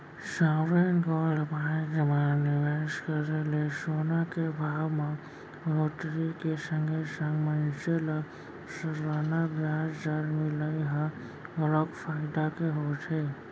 sovereign gold bond म निवेस करे ले सोना के भाव म बड़होत्तरी के संगे संग मनसे ल सलाना बियाज दर मिलई ह घलोक फायदा के होथे